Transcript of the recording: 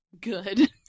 Good